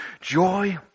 joy